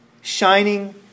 Shining